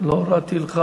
לא הורדתי לך.